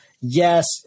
Yes